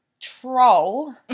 troll